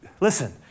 listen